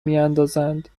میاندازند